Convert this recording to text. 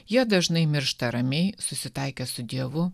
jie dažnai miršta ramiai susitaikę su dievu